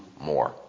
more